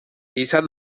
izan